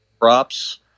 props